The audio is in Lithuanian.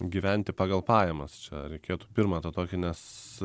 gyventi pagal pajamas čia reikėtų pirmą tą tokį nes